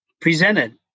presented